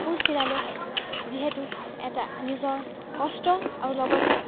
কাপোৰ চিলালে যিহেতু এটা নিজৰ কষ্ট আৰু লগতে